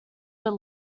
were